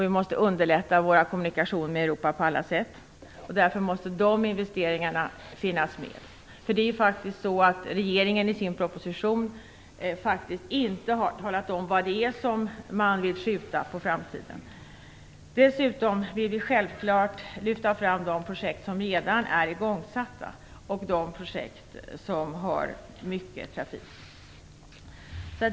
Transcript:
Vi måste underlätta våra kommunikationer med Europa på alla sätt. Därför måste de investeringarna finnas med. Regeringen har faktiskt inte i sin proposition talat om vad det är som man vill skjuta på framtiden. Dessutom vill vi självfallet lyfta fram de projekt som redan är igångsatta och de projekt som har mycket trafik.